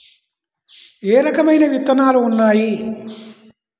ఏ రకమైన విత్తనాలు ఉన్నాయి?